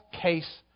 case